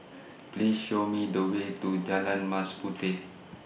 Please Show Me The Way to Jalan Mas Puteh